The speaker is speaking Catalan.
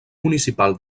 municipal